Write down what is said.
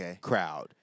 crowd